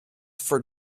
for